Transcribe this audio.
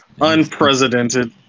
Unprecedented